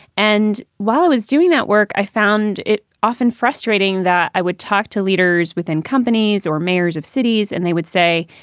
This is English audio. and while was doing that work, i found it often frustrating that i would talk to leaders within companies or mayors of cities, and they would say,